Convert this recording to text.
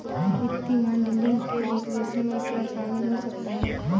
वित्तीय मॉडलिंग के विश्लेषण में क्या शामिल हो सकता है?